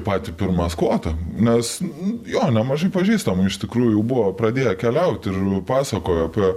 į patį pirmą skvotą nes jo nemažai pažįstamų iš tikrųjų buvo pradėję keliauti ir pasakojo apie